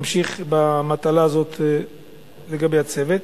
ממשיך במטלה הזאת לגבי הצוות,